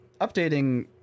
updating